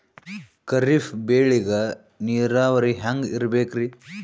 ಖರೀಫ್ ಬೇಳಿಗ ನೀರಾವರಿ ಹ್ಯಾಂಗ್ ಇರ್ಬೇಕರಿ?